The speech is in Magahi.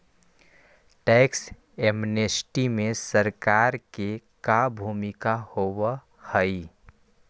टैक्स एमनेस्टी में सरकार के का भूमिका होव हई